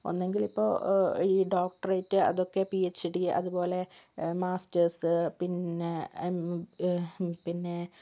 ഒന്നെങ്കിൽ ഇപ്പോൾ ഡോക്ടറേറ്റ് അതൊക്കെ പി എച്ച് ഡി അതുപോലെ മാസ്റ്റേഴ്സ് പിന്നെ